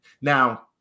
Now